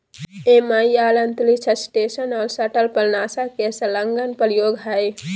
MIR अंतरिक्ष station और shuttle पर नासा के संलग्न प्रयोग हइ